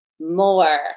more